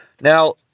Now